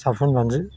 साफुन मानजि